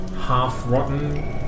half-rotten